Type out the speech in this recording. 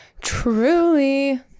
Truly